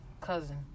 Cousin